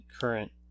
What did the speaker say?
current